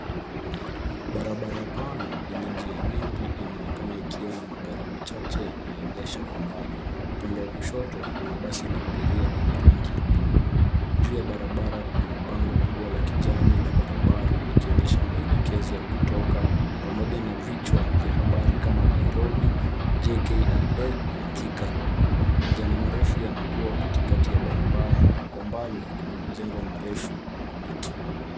Barabara pana yenye njia nyingi inaonekana ikiwa na magari machache yanayoendeshwa kwa mbali. Upande wa kushoto kuna bais la abiria lenye rangi ya bluu. Juu ya barabara kuna bango kubwa la kijani la barabara likionyesha maelekezo ya kutoka pamoja na vichwa vya habari kama; Nairobi, JKIA na Thika Road. Majani marefu yanakua katikati ya barabara na kwa mbali kuna majengo marefu na miti.